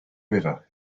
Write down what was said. river